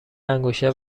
انگشتر